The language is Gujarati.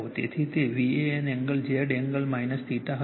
તેથી તે VAN એંગલ Z એંગલ હશે